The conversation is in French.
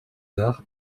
d’art